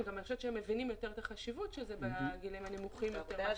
אני חושבת שהם גם מבינים יותר את החשיבות כשמדובר בגילים נמוכים יותר.